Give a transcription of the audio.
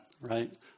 right